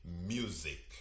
music